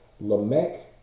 Lamech